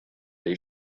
dei